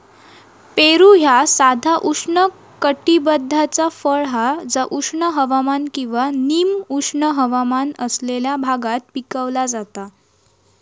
पेरू ह्या साधा उष्णकटिबद्धाचा फळ हा जा उष्ण हवामान किंवा निम उष्ण हवामान असलेल्या भागात पिकवला जाता